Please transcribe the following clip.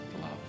love